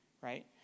right